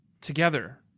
Together